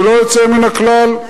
ללא יוצא מן הכלל,